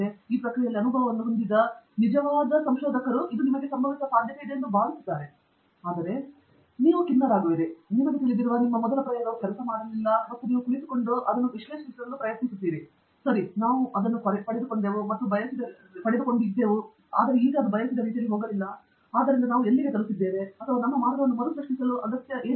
ಈ ಪ್ರಕ್ರಿಯೆಯಲ್ಲಿ ಅನುಭವವನ್ನು ಹೊಂದಿದ್ದ ನಿಜವಾದ ಸಂಶೋಧಕರು ಇದು ನಿಮಗೆ ಸಂಭವಿಸುವ ಸಾಧ್ಯತೆಯಿದೆ ಎಂದು ಭಾವಿಸುತ್ತಾನೆ ಆದರೆ ನಿಮಗೆ ತಿಳಿದಿರುವ ತನ್ನ ಮೊದಲ ಪ್ರಯೋಗವು ಕೆಲಸ ಮಾಡಲಿಲ್ಲ ಮತ್ತು ಮತ್ತೆ ಕುಳಿತುಕೊಳ್ಳುತ್ತದೆ ಮತ್ತು ನಂತರ ಅದನ್ನು ವಿಶ್ಲೇಷಿಸಲು ಪ್ರಯತ್ನಿಸುತ್ತೇವೆ ಸರಿ ನಾವು ಅದನ್ನು ಪಡೆದುಕೊಂಡಿದ್ದೆವು ಮತ್ತು ನಾವು ಬಯಸಿದ ರೀತಿಯಲ್ಲಿ ಹೋಗಲಿಲ್ಲ ಆದ್ದರಿಂದ ನಾವು ಎಲ್ಲಿಗೆ ಹೋಗಿದ್ದೇವೆ ಅಥವಾ ನಮ್ಮ ಮಾರ್ಗವನ್ನು ಮರುಸೃಷ್ಟಿಸಲು ನಾವು ಎಲ್ಲಿದೆ